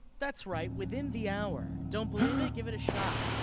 that's right, within the hour. don't believe it? give it a shot.